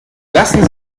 lassen